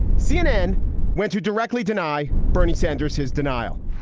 cnn went to directly deny bernie sanders his denial.